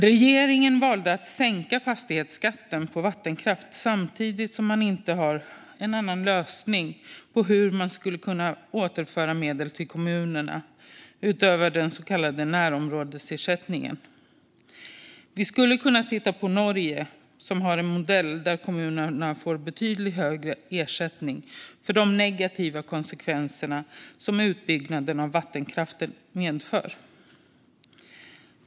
Regeringen valde att sänka fastighetsskatten på vattenkraft, men samtidigt har man inte någon annan lösning på hur man skulle kunna återföra medel till kommunerna utöver den så kallade närområdesersättningen. Vi skulle kunna titta på Norge, som har en modell där kommunerna får en betydligt högre ersättning för de negativa konsekvenser som utbyggnaden av vattenkraften medför.